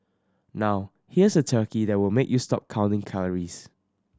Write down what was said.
now here's a turkey that will make you stop counting calories